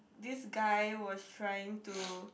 this guy was trying to